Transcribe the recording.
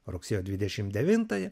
rugsėjo dvidešim devintąją